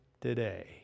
today